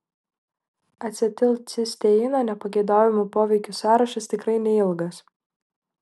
acetilcisteino nepageidaujamų poveikių sąrašas tikrai neilgas